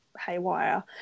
haywire